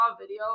video